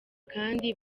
kandi